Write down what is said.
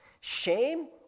Shame